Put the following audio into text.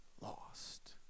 lost